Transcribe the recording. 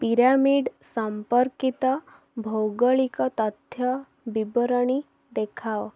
pyramid ସମ୍ପର୍କିତ ଭୌଗଳିକ ତଥ୍ୟ ବିବରଣୀ ଦେଖାଅ